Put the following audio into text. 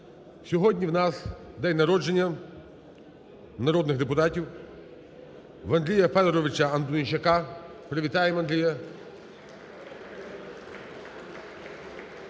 Сьогодні у нас день народження народних депутатів у Андрія Федоровича Антонищака. Привітаємо Андрія.